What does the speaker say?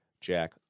Jack